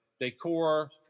decor